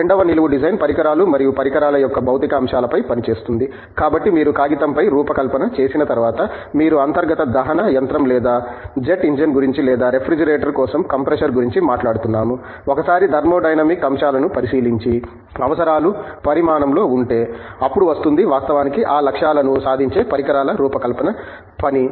రెండవ నిలువు డిజైన్ పరికరాలు మరియు పరికరాల యొక్క భౌతిక అంశాలపై పనిచేస్తుంది కాబట్టి మీరు కాగితం పై రూపకల్పన చేసిన తర్వాత మీరు అంతర్గత దహన యంత్రం లేదా జెట్ ఇంజిన్ గురించి లేదా రిఫ్రిజిరేటర్ కోసం కంప్రెసర్ గురించి మాట్లాడుతున్నాము ఒకసారి థర్మోడైనమిక్ అంశాలను పరిశీలించి అవసరాలు పరిమాణంలో ఉంటే అప్పుడు వస్తుంది వాస్తవానికి ఆ లక్ష్యాలను సాధించే పరికరాల రూపకల్పన పని